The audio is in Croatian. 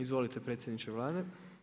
Izvolite predsjedniče Vlade.